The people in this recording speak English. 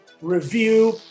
review